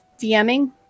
DMing